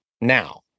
now